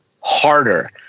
harder